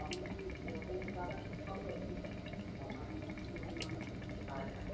আপনি যেরকম কাটাবেন সব রকমেরই আবার নতুন নতুন অনেক কায়দা আছে